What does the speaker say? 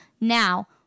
Now